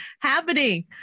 happening